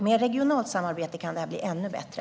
Med regionalt samarbete kan det här bli ännu bättre.